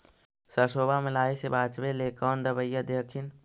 सरसोबा मे लाहि से बाचबे ले कौन दबइया दे हखिन?